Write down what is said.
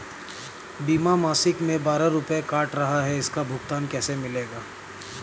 बीमा मासिक में बारह रुपय काट रहा है इसका भुगतान कैसे मिलेगा?